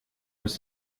was